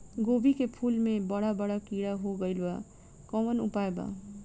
गोभी के फूल मे बड़ा बड़ा कीड़ा हो गइलबा कवन उपाय बा?